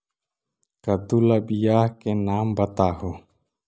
कददु ला बियाह के नाम बताहु?